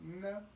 No